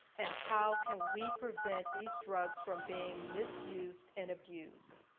and how can we prevent these drugs from being misused and abused.